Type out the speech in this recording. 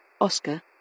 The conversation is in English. Oscar